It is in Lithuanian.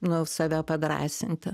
nu save padrąsint